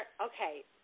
Okay